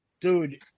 Dude